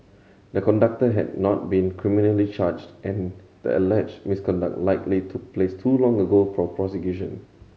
the conductor had not been criminally charged and the alleged misconduct likely took place too long ago for prosecution